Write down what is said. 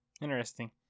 Interesting